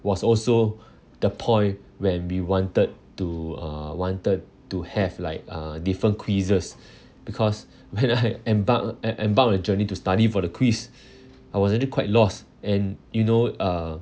was also the point when we wanted to uh wanted to have like uh different quizzes because when I embark em~ embark on a journey to study for the quiz I was already quite lost and you know uh